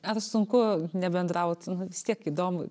ar sunku nebendraut nu vis tiek įdomu